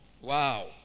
Wow